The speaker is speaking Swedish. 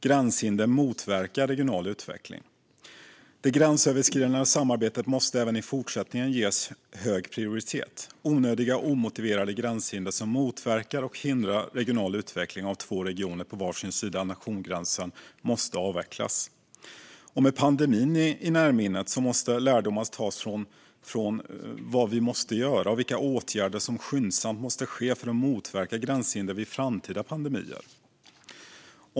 Gränshinder motverkar regional utveckling. Det gränsöverskridande samarbetet måste även i fortsättningen ges hög prioritet. Onödiga och omotiverade gränshinder som motverkar och hindrar regional utveckling av två regioner på var sin sida om nationsgränsen måste avvecklas. Med pandemin i närminnet måste vi också dra lärdomar från denna om vad vi måste göra och vilka åtgärder som skyndsamt måste ske för att motverka gränshinder vid framtida pandemier.